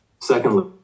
Secondly